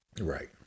Right